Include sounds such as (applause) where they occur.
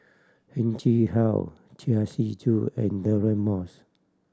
Heng Chee How Chia Shi (unintelligible) and Deirdre Moss